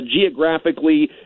geographically